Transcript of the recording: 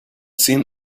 seen